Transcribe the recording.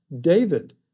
David